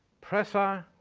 pressa,